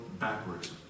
backwards